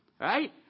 Right